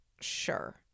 sure